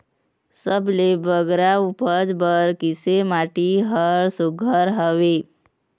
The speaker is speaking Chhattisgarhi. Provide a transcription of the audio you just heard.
सबले बगरा उपज बर किसे माटी हर सुघ्घर हवे?